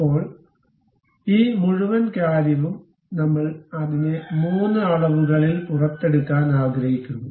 ഇപ്പോൾ ഈ മുഴുവൻ കാര്യവും നമ്മൾ അതിനെ 3 അളവുകളിൽ പുറത്തെടുക്കാൻ ആഗ്രഹിക്കുന്നു